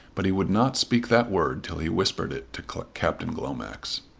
but he would not speak that word till he whispered it to captain glomax.